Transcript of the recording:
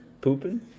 Pooping